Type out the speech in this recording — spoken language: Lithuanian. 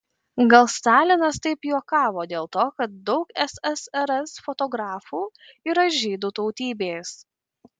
gal stalinas taip juokavo dėl to kad daug ssrs fotografų yra žydų tautybės